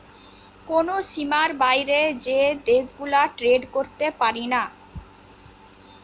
কোন সীমার বাইরে যে দেশ গুলা ট্রেড করতে পারিনা